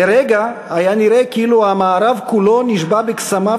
לרגע היה נראה כאילו המערב כולו נשבה בקסמיו